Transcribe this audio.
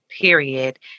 period